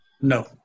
No